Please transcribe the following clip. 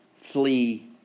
flee